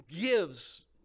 gives